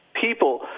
people